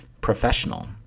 professional